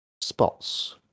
spots